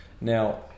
Now